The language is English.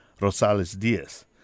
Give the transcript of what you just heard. Rosales-Diaz